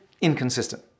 inconsistent